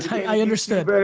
i understood.